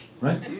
right